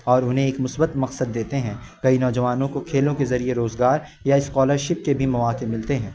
اور انہیں ایک مثبت مقصد دیتے ہیں کئی نوجوانوں کو کھیلوں کے ذریعے روزگار یا اسکالرشپ کے بھی مواقع ملتے ہیں